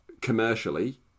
commercially